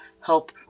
help